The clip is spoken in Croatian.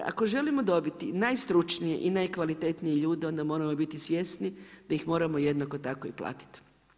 Ako želimo dobiti najstručnije i najkvalitetnije ljude onda moramo biti svjesni da ih moramo jednako tako i platiti.